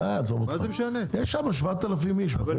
יש שם 7,000 איש.